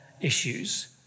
issues